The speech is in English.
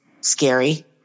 scary